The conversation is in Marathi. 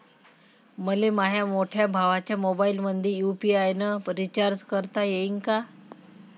मले माह्या मोठ्या भावाच्या मोबाईलमंदी यू.पी.आय न रिचार्ज करता येईन का?